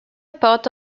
part